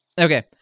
Okay